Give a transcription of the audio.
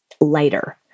lighter